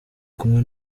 kumwe